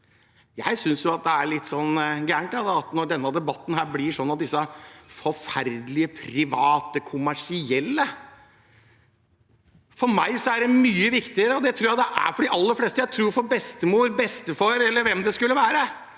Jeg synes det er litt gærent når debatten blir sånn: de forferdelige private kommersielle. For meg er det mye viktigere, og det tror jeg det er for de aller fleste, for bestemor, bestefar eller hvem det skulle være,